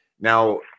Now